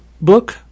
book